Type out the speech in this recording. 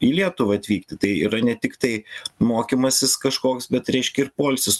į lietuvą atvykti tai yra ne tiktai mokymasis kažkoks bet reiškia ir poilsis